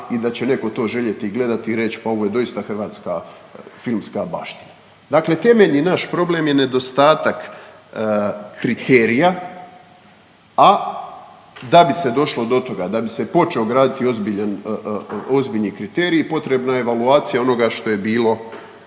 i da će neko to željet i gledati i reć pa ovo je doista hrvatska filmska baština. Dakle, temeljni naš problem je nedostatak kriterija, a da bi se došlo do toga, da bi se počeo graditi ozbiljni kriterij potrebna je evaluacija onoga što je bilo